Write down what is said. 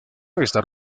está